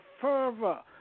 fervor